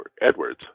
Edwards